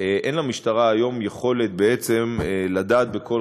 אין למשטרה היום יכולת בעצם לדעת בכל